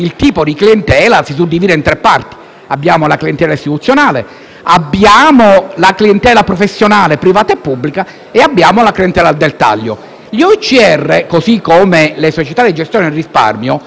la clientela istituzionale, la clientela professionale (privata e pubblica) e la clientela al dettaglio. Gli OICR, così come le società di gestione del risparmio, possono direttamente